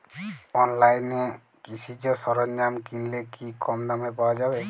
অনলাইনে কৃষিজ সরজ্ঞাম কিনলে কি কমদামে পাওয়া যাবে?